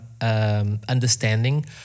understanding